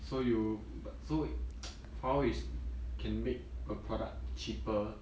so you but so huawei can make a product cheaper